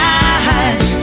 eyes